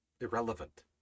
irrelevant